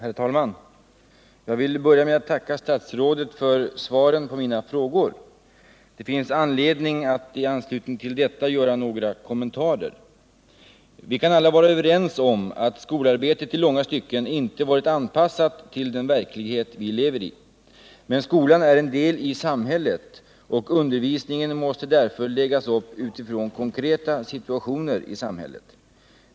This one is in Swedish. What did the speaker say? Herr talman! Jag vill börja med att tacka statsrådet för svaren på mina frågor. Det finns anledning att i anslutning härtill göra några kommentarer. Vi kan alla vara överens om att skolarbetet i långa stycken inte har varit anpassat till den verklighet vi lever i. Men skolan är en del av samhället, och undervisningen måste därför läggas upp med hänsyn till konkreta situationer i samhället.